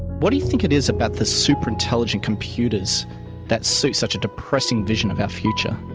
what do you think it is about the super-intelligent computers that suit such a depressing vision of our future?